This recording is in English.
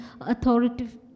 authoritative